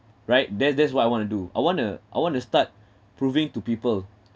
right that's that's what I want to do I want to I want to start proving to people